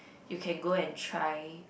you can go and try